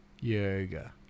Yoga